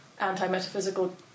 anti-metaphysical